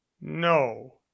no